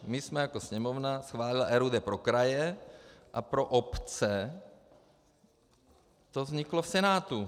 My jsme jako Sněmovna schválili RUD pro kraje a pro obce to vzniklo v Senátu.